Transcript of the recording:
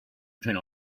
between